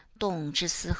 dong zhi